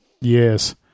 Yes